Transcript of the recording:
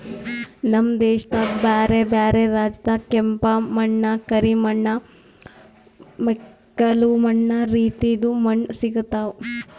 ನಮ್ ದೇಶದಾಗ್ ಬ್ಯಾರೆ ಬ್ಯಾರೆ ರಾಜ್ಯದಾಗ್ ಕೆಂಪ ಮಣ್ಣ, ಕರಿ ಮಣ್ಣ, ಮೆಕ್ಕಲು ಮಣ್ಣ ರೀತಿದು ಮಣ್ಣ ಸಿಗತಾವ್